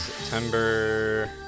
September